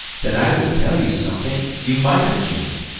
then i will tell you something you might object.